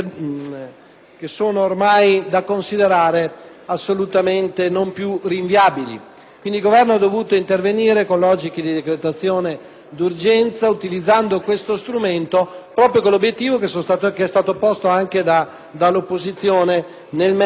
era ormai da considerare assolutamente non più rinviabile. Quindi, il Governo è dovuto intervenire con logiche di decretazione d'urgenza, utilizzando questo strumento proprio con l'obiettivo, che è stato posto anche dall'opposizione, di